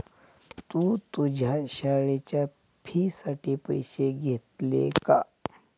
तू तुझ्या शाळेच्या फी साठी पैसे घेतले का?